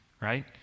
right